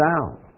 down